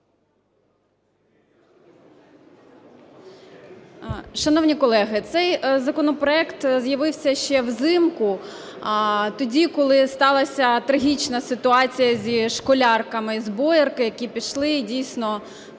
Шановні колеги, цей законопроект з'явився ще взимку, тоді, коли сталася трагічна ситуація зі школярками з Боярки, які пішли і дійсно